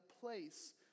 place